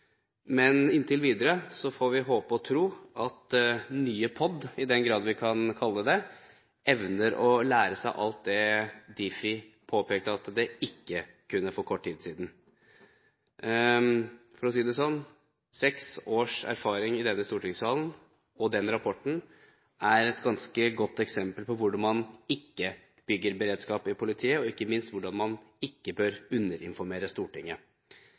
Men inntil videre får vi håpe og tro at nye POD, i den grad vi kan kalle det det, evner å lære seg alt det Difi påpekte at de ikke kunne for kort tid siden. For å si det sånn: Seks års erfaring i denne stortingssalen, og den rapporten er et ganske godt eksempel på hvordan man ikke bygger beredskap i politiet, og ikke minst på hvordan man ikke bør underinformere Stortinget.